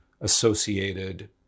Associated